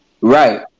Right